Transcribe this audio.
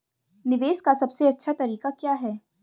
निवेश का सबसे अच्छा तरीका क्या है?